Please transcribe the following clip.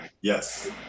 Yes